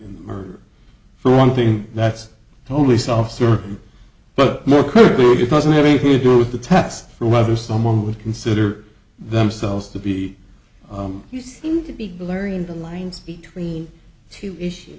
in the murder for one thing that's totally self certain but more clearly it doesn't have anything to do with the test for whether someone would consider themselves to be you seem to be blurring the lines between two issue